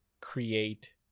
create